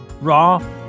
raw